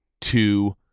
two